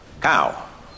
Cow